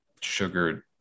sugared